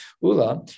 Ula